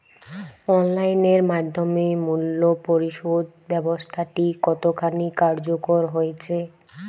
Online এর মাধ্যমে মূল্য পরিশোধ ব্যাবস্থাটি কতখানি কার্যকর হয়েচে?